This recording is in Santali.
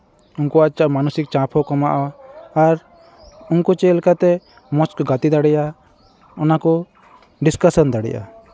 ᱩᱱᱠᱩᱣᱟᱜ ᱪᱟᱯ ᱢᱟᱱᱚᱥᱤᱠ ᱪᱟᱯ ᱦᱚᱸ ᱠᱚᱢᱚᱜᱼᱟ ᱟᱨ ᱩᱱᱠᱩ ᱪᱮᱫ ᱞᱮᱠᱟᱛᱮ ᱢᱚᱡᱽ ᱠᱚ ᱜᱟᱛᱮ ᱫᱟᱲᱮᱭᱟᱜᱼᱟ ᱚᱱᱟ ᱠᱚ ᱰᱤᱥᱠᱟᱥᱚᱱ ᱫᱟᱲᱮᱭᱟᱜᱼᱟ